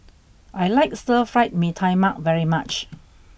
I like Stir Fried Mee Tai Mak very much